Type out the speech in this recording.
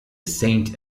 saint